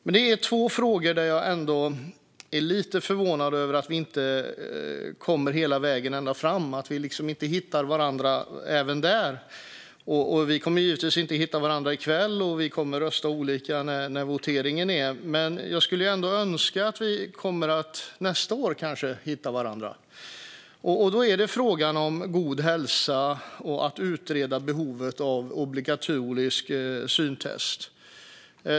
Men det finns två frågor där jag ändå är lite förvånad över att vi inte kommer hela vägen, når ända fram och hittar varandra även där. Vi kommer givetvis inte att hitta varandra i kväll, och vi kommer att rösta olika när voteringen sker. Jag skulle ändå önska att vi kanske hittar varandra nästa år. Den första frågan är den om god hälsa och att utreda behovet av obligatoriskt syntest.